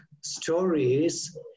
stories